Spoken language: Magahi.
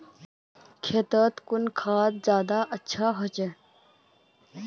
खेतोत कुन खाद ज्यादा अच्छा होचे?